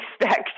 expect